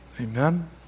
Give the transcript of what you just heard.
Amen